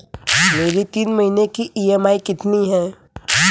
मेरी तीन महीने की ईएमआई कितनी है?